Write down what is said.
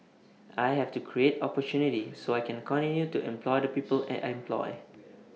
I have to create opportunity so I can continue to employ the people I employ